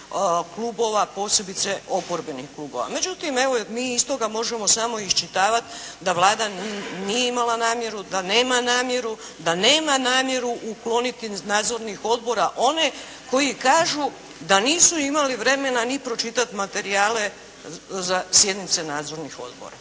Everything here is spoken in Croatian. klubova, posebice oporbenih klubova. Međutim, evo mi iz toga možemo samo iščitavati da Vlada nije imala namjeru, da nema namjeru, da nema namjeru ukloniti iz nadzornih odbora one koji kažu da nisu imali vremena ni pročitati materijale za sjednice nadzornih odbora.